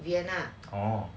vietnam